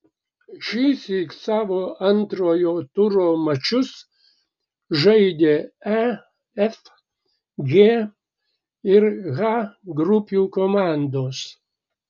šįsyk savo antrojo turo mačus žaidė e f g ir h grupių komandos